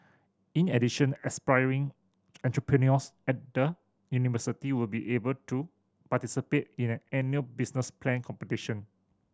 in addition aspiring entrepreneurs at the university will be able to participate in an annual business plan competition